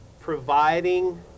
providing